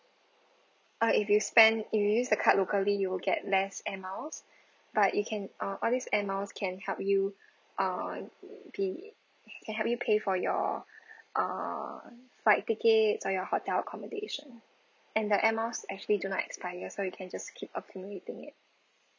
uh if you spend if you use the card locally you'll get less air miles but you can ah all these air miles can help you uh be can help you pay for your uh flight tickets or your hotel accommodation and the air miles actually do not expire so you can just keep accumulating it